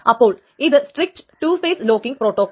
അപ്പോൾ ഇത് strict 2 phase locking protocol